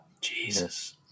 Jesus